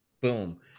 Boom